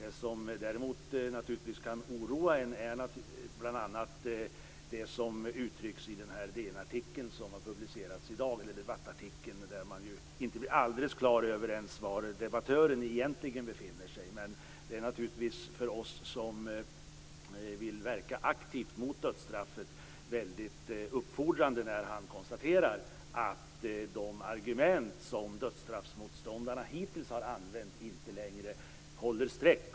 Det som däremot naturligtvis kan oroa en är bl.a. det som uttrycks i den debattartikel i DN som har publicerats i dag. Man blir inte alldeles klar över var debattören egentligen befinner sig. Men för oss som aktivt vill verka mot dödsstraffet är det naturligtvis väldigt uppfordrande när han konstaterar att de argument som motståndarna till dödsstraffet hittills har använt inte längre håller streck.